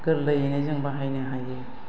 गोरलैयैनो जों बाहायनो हायो